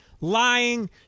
lying